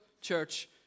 church